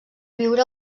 viure